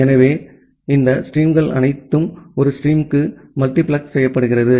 எனவே இங்கே இந்த நீரோடைகள் அனைத்தும் ஒரு ஸ்ட்ரீமுக்கு மல்டிபிளக்ஸ் செய்யப்படுகின்றன